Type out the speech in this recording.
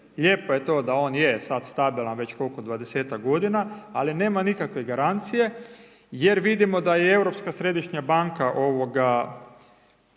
lijepo je to da on je sad stabilan već koliko, 20-ak godina, ali nema nikakve garancije jer vidimo da i Europska središnja banka štampa